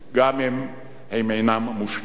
גם אם הם אינם מושלמים.